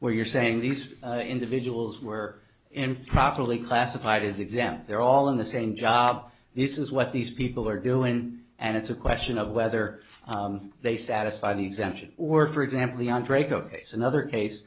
where you're saying these individuals were improperly classified as exempt they're all in the same job this is what these people are doing and it's a question of whether they satisfy the exemption or for example the andreyko case another case